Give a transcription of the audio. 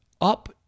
up